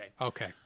Okay